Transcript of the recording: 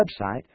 website